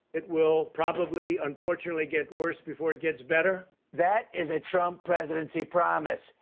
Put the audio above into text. it will probably, unfortunately, get worse before it gets better. that is a trump presidency promise,